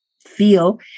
feel